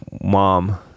mom